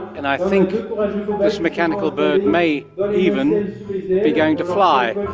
and i think this mechanical bird may even be going to fly.